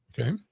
Okay